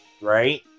right